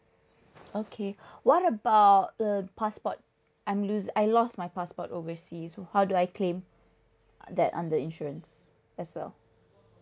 okay what about the passport I'm lose I lost my passport overseas how do I claim that under insurance as well